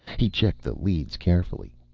he checked the leads carefully.